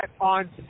on